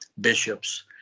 bishops